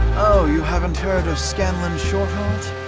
oh, you haven't heard of scanlan shorthalt?